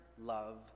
love